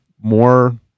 more